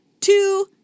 two